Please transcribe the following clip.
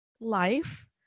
life